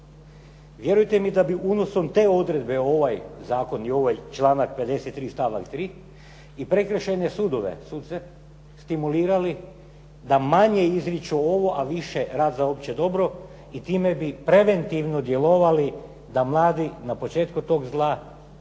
Vjerujte mi da bi unosom te odredbe u ovaj zakon i ovaj članak 53. stavak 3. i prekršajne sudove, suce stimulirali da manje izriču ovo a više rad za opće dobro i time bi preventivno djelovali da mladi na početku toga zla budu